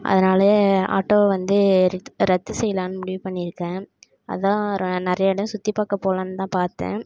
அதனால் ஆட்டோவை வந்து ரித்து ரத்து செய்யலான்னு முடிவு பண்ணியிருக்கேன் அதுதான் ர நிறைய இடம் சுற்றி பார்க்க போகலான்னு தான் பார்த்தேன்